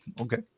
Okay